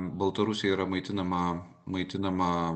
baltarusija yra maitinama maitinama